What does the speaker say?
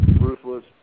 ruthless